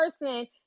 person